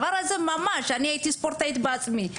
אני הייתי ספורטאית בעצמי.